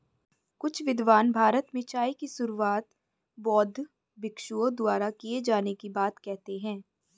कुछ विद्वान भारत में चाय की शुरुआत बौद्ध भिक्षुओं द्वारा किए जाने की बात कहते हैं